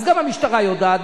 גם המשטרה יודעת,